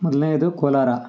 ಮೊದಲ್ನೇದು Kolar